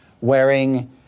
wearing